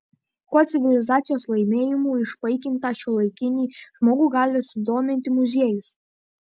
kuo civilizacijos laimėjimų išpaikintą šiuolaikinį žmogų gali sudominti muziejus